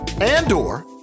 Andor